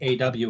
AW